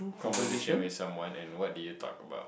conversation with someone and what did you talk about